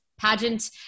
pageant